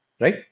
right